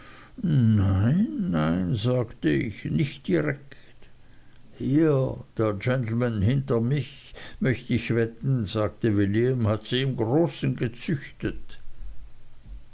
nnein nein sagte ich nicht direkt hier der genlmn hinter mich möcht ich wetten sagte william hat sie im großen gezüchtet